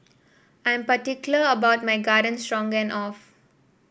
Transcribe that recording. I am particular about my Garden Stroganoff